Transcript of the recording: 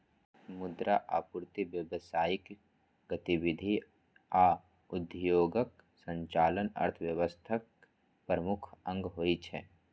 मुद्रा आपूर्ति, व्यावसायिक गतिविधि आ उद्योगक संचालन अर्थव्यवस्थाक प्रमुख अंग होइ छै